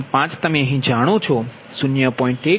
5 તમે અહીં જાણો છો